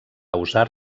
usar